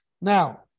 Now